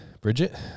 Bridget